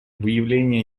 выявление